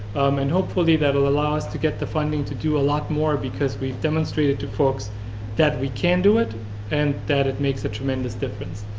and hopefully that'll allow us to get the funding to do a lot more, because we have demonstrated to folks that we can do it and that it makes a tremendous difference.